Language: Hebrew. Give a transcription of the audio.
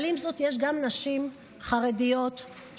אבל עם זאת יש גם נשים חרדיות ששואפות,